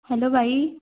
hello भाई